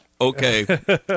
okay